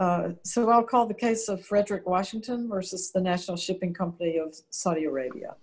i'll call the case of frederick washington versus the national shipping company of saudi arabia